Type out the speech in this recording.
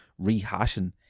rehashing